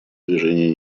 движения